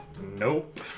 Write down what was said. Nope